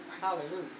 Hallelujah